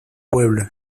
pueblo